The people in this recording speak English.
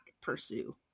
pursue